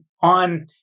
on